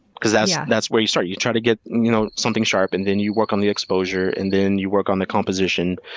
because that's yeah that's where you start. you try to get you know something sharp, and then you work on the exposure, and then you work on the composition,